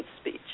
speech